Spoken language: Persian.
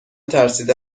ترسیده